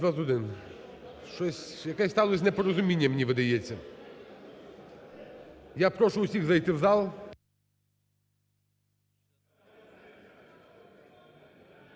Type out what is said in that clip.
Я прошу всіх зайти в зал.